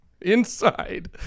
inside